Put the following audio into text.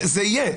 זה יהיה,